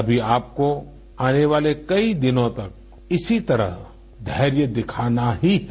अभी आपको आने वाले कई दिनों तक इसी तरह धैर्य दिखाना ही है